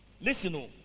listen